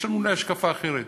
יש לנו אולי השקפות אחרות,